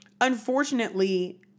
unfortunately